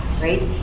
right